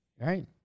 Right